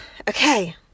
Okay